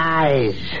eyes